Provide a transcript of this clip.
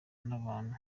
n’abantu